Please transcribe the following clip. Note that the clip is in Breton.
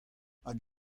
hag